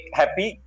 happy